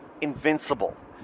invincible